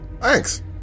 Thanks